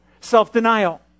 Self-denial